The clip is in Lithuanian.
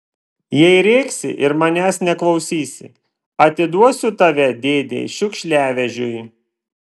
jei rėksi ir manęs neklausysi atiduosiu tave dėdei šiukšliavežiui